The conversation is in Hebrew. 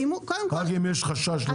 רק אם יש חשש.